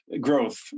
growth